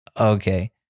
Okay